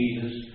Jesus